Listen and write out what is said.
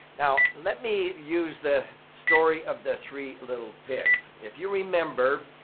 now, let me use the story of the three little pigs. if you remember,